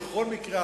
בכל מקרה,